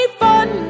fun